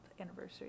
anniversary